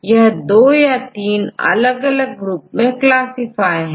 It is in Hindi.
यह दो या तीन अलग ग्रुप में क्लासिफाई है